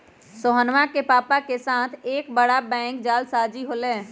सोहनवा के पापा के साथ एक बड़ा बैंक जालसाजी हो लय